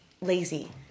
lazy